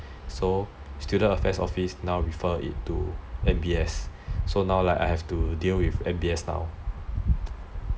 so student affairs office now referred it to N_B_S so now I have to deal with N_B_S now